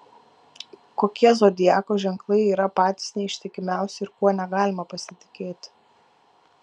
kokie zodiako ženklai yra patys neištikimiausi ir kuo negalima pasitikėti